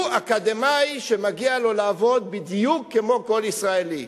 הוא אקדמאי, ומגיע לו לעבוד בדיוק כמו כל ישראלי.